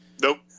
Nope